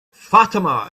fatima